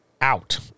out